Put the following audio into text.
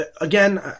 again